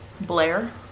Blair